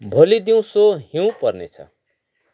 भोलि दिउँसो हिउँ पर्नेछ